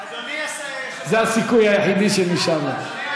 זה הסיכוי היחידי שנשאר לנו.